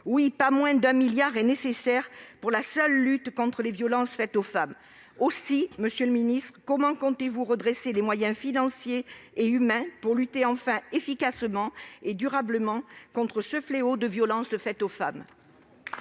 Oui, pas moins de un milliard d'euros sont nécessaires pour la seule lutte contre les violences faites aux femmes. Comment le Gouvernement compte-t-il redresser les moyens financiers et humains pour, enfin, lutter efficacement et durablement contre ce fléau des violences faites aux femmes ?